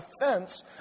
offense